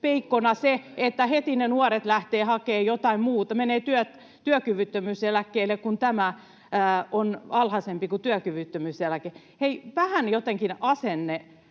että heti ne nuoret lähtevät hakemaan jotain muuta, menevät työkyvyttömyyseläkkeelle, kun tämä on alhaisempi kuin työkyvyttömyyseläke. Hei vähän jotenkin asennetta